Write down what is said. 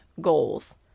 goals